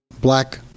black